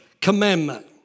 commandment